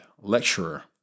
lecturer